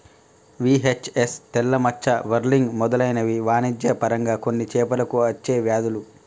VHS, తెల్ల మచ్చ, whirling మెదలైనవి వాణిజ్య పరంగా కొన్ని చేపలకు అచ్చే వ్యాధులు